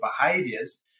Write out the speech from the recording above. behaviors